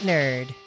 Nerd